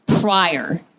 prior